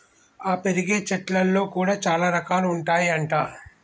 ఆ పెరిగే చెట్లల్లో కూడా చాల రకాలు ఉంటాయి అంట